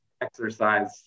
exercise